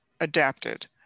adapted